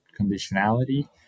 conditionality